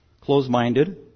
closed-minded